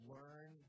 Learn